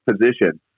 position